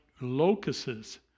locusts